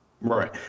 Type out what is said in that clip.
right